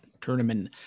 tournament